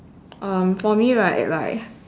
um for me like right